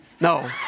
No